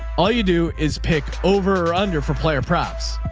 all you do is pick over or under for player props.